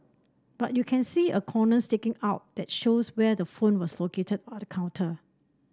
but you can see a corner sticking out that shows where the phone was located on the counter